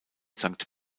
sankt